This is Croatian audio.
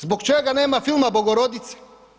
Zbog čega nema filma „Bogorodice“